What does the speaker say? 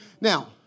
Now